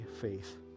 faith